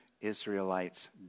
Israelites